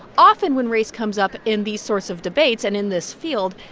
often when race comes up in these sorts of debates and in this field,